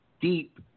deep